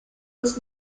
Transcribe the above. was